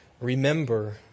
remember